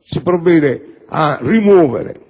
si provvede a rimuovere